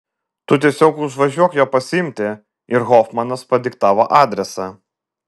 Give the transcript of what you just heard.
tu tiesiog užvažiuok jo pasiimti ir hofmanas padiktavo adresą